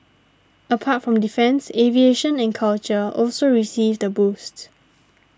apart from defence aviation and culture also received a boost